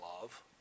love